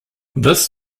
this